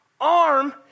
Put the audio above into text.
arm